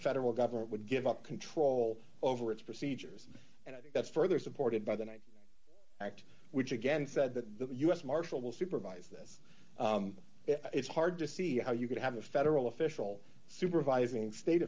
federal government would give up control over its procedures and i think that's further supported by the one act which again said that the u s marshal will supervise this it's hard to see how you could have a federal official supervising state